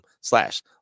slash